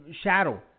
shadow